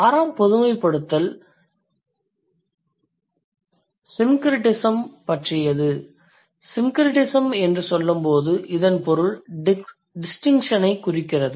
ஆறாம் பொதுமைப்படுத்தல் syncretism பற்றியது syncretism என்று சொல்லும்போது இதன் பொருள் distinctionஐக் குறிக்கிறது